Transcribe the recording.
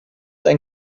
ein